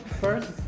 First